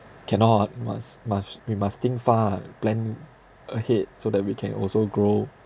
cannot must must we must think far plan ahead so that we can also grow